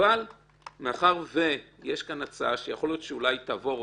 אבל מאחר שיש כאן הצעה שאולי תעבור,